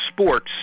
sports